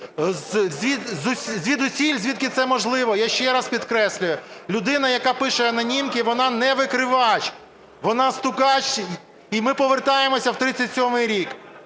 звідусіль, звідки це можливо. Я ще раз підкреслюю: людина, яка пише анонімки, вона не викривач, вона стукач, і ми повертаємося в 1937 рік.